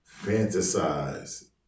fantasize